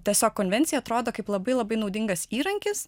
tiesiog konvencija atrodo kaip labai labai naudingas įrankis